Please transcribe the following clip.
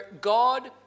God